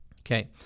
Okay